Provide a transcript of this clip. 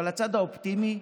אבל הצד האופטימי: